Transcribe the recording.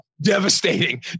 devastating